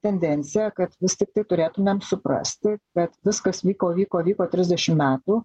tendenciją kad vis tiktai turėtumėm suprasti kad viskas vyko vyko vyko trisdešimt metų